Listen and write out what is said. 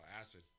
Acid